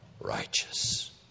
righteous